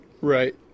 Right